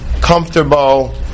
comfortable